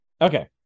Okay